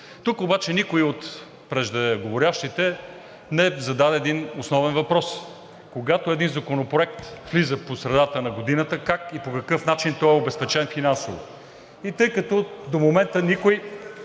Тук обаче никой от преждеговорещите не зададе един основен въпрос: когато един законопроект влиза по средата на годината как и по какъв начин той е обезпечен финансово? Тъй като до момента никой,